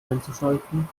einzuschalten